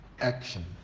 Action